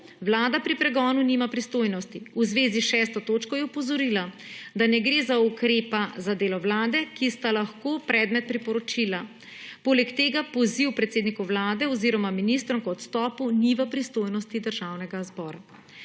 vlada pri pregonu nima pristojnosti. V zvezi s 6. točko je opozorila, da ne gre za ukrepa za delo vlade, ki sta lahko predmet priporočila. Poleg tega poziv predsedniku vlade oziroma ministrom k odstopu ni v pristojnosti Državnega zbora.